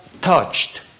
touched